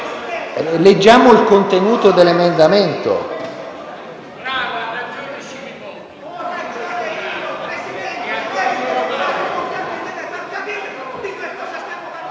Leggiamo il contenuto dell'emendamento.